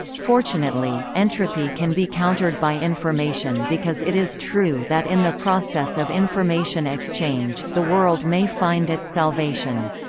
fortunately, entropy can be countered by information because it is true that in the process of information exchange, the world may find its salvation.